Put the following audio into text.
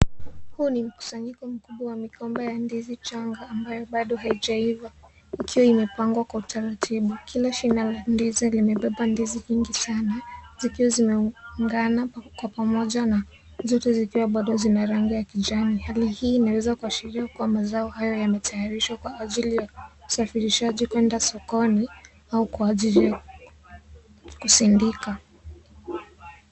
Huu ni musanyiko mkubwa wa migomba ya ndizi changa ambayo bado haijaiva ikiwa imepangwa kwa utaratibu. Kila shina la ndizi limebeba ndizi nyingi sana zikiwa zimeungana kwa pamoja na zote zikiwa bado na rangi ya kijani. Hali hii inaweza kuashiria kuwa mazao hayo yametayarishwa kwa ajili ya usafirishaji kuenda sokoni au kwa ajili ya kusindika.